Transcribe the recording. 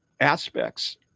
aspects